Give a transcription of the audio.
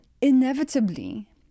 inevitably